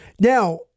Now